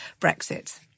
Brexit